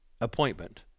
appointment